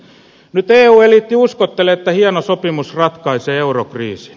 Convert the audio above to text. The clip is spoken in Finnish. nyt eu eliitti uskottelee että hieno sopimus ratkaisee eurokriisin